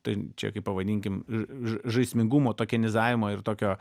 tai čia kaip pavadinkim ž žaismingumo tokia nizavimo ir tokio